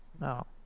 No